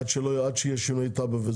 עד שיהיה שינוי תב"ע.